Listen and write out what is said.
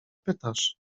pytasz